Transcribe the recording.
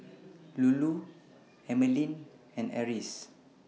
Lulu Emeline and Iris